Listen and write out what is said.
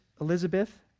Elizabeth